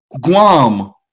Guam